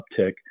uptick